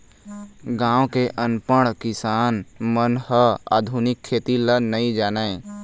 गाँव के अनपढ़ किसान मन ह आधुनिक खेती ल नइ जानय